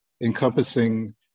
encompassing